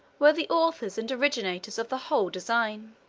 were the authors and originators of the whole design.